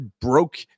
broke